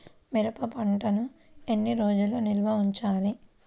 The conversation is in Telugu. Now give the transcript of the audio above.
మిరప పంటను ఎన్ని రోజులు నిల్వ ఉంచాలి?